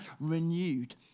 renewed